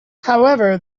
however